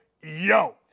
yo